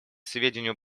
сведению